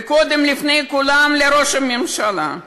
ולפני כולם לראש הממשלה,